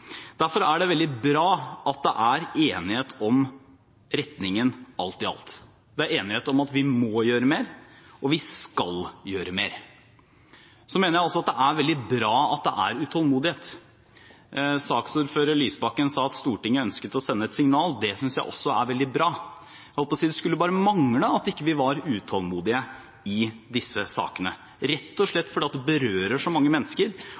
Derfor er det veldig bra at det er enighet om retningen, alt i alt. Det er enighet om at vi må gjøre mer, og vi skal gjøre mer. Så mener jeg også at det er veldig bra at det er utålmodighet. Saksordfører Lysbakken sa at Stortinget ønsket å sende et signal. Det synes jeg også er veldig bra. Det skulle bare mangle at vi ikke var utålmodige i disse sakene, rett og slett fordi det berører så mange mennesker,